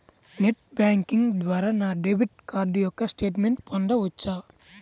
Net banking ద్వారా నా debit card యొక్క స్టేట్మెంట్ పొందవచ్చా?